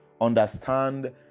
Understand